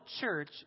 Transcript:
church